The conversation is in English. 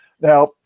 Now